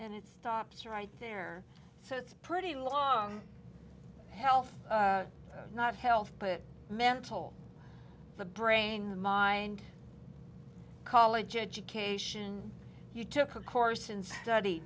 and it stops right there so it's pretty long health not health but mental the brain the mind college education you took a course in study